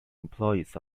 employees